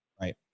Right